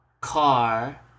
car